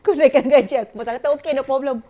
kau naikkan gaji aku ma~ kata okay no problem